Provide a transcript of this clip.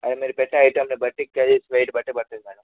అది మీరు పెట్టె ఐటంను బట్టి కేజీ వెయిట్ బట్టి పడుతుంది మేడం